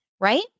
right